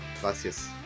Gracias